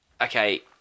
okay